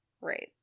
Right